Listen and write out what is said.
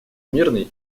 мирный